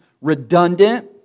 redundant